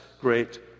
great